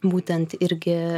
būtent irgi